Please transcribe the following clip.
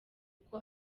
kuko